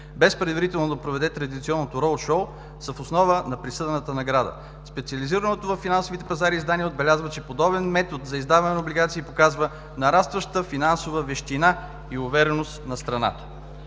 без предварително да проведе традиционното „роудшоу“, са в основа на присъдената награда“. Специализирането във финансовите пазари издание отбелязва, че подобен метод за издаване на облигации показва нарастваща финансова вещина и увереност на страната.